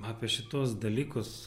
apie šituos dalykus